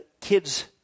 kid's